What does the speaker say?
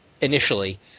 initially